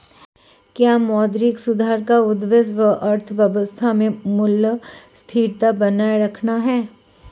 क्या मौद्रिक सुधार का उद्देश्य अर्थव्यवस्था में मूल्य स्थिरता बनाए रखना है?